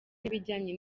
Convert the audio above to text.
n’ibijyanye